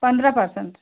पंद्रह पर्सेंट